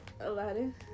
Aladdin